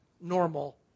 normal